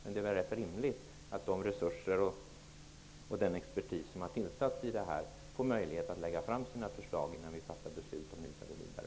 Det är väl ganska rimligt att den expertis som har tillsatts får möjlighet att använda sina resurser och lägga fram förslag innan vi fattar beslut om hur vi skall gå vidare.